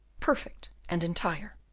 perfect, and entire,